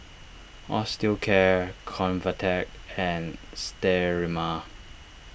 Osteocare Convatec and Sterimar